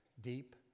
deep